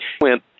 went